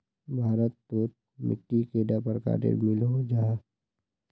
भारत तोत मिट्टी कैडा प्रकारेर मिलोहो जाहा?